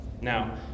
Now